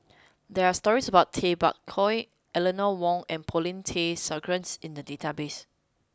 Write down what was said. there are stories about Tay Bak Koi Eleanor Wong and Paulin Tay Straughan in the database